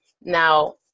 Now